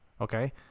Okay